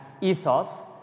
ethos